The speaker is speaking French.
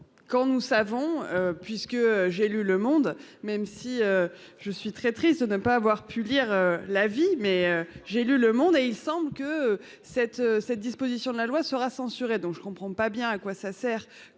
quand nous savons puisque j'ai lu le monde même si je suis très triste de ne pas avoir pu lire la vie mais j'ai lu le monde et il semble que cette, cette disposition de la loi sera censuré. Donc je ne comprends pas bien à quoi ça sert